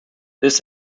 this